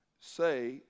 say